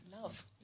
love